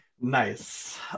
Nice